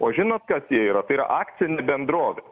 o žinot kas jie yra tai yra akcinė bendrovė